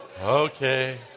Okay